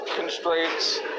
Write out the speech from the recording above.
constraints